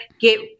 get